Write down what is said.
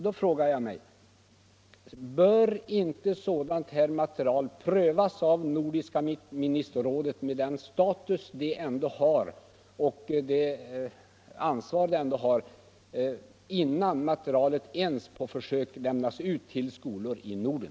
Då frågar jag mig: Bör inte sådant här material prövas av Nordiska ministerrådet med den status och det ansvar som det har, innan materialet ens på försök lämnas ut till skolor i Norden?